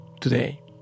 today